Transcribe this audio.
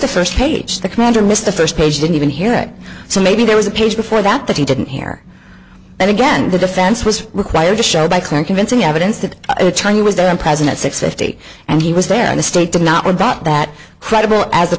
the first page the commander missed the first page didn't even hear it so maybe there was a page before that that he didn't hear that again the defense was required to show by clear convincing evidence that china was there and present at six fifty and he was there in the state did not were not that credible as